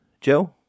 joe